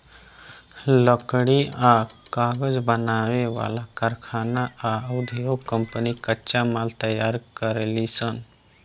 लकड़ी आ कागज बनावे वाला कारखाना आ उधोग कम्पनी कच्चा माल तैयार करेलीसन